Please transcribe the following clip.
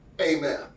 amen